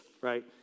right